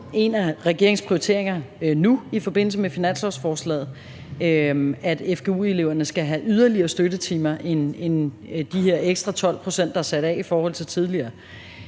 en af regeringens prioriteringer nu i forbindelse med finanslovsforslaget, at fgu-eleverne skal have yderligere støttetimer end de her ekstra 12 pct., der er sat af i forhold til tidligere.